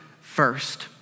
first